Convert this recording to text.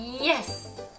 Yes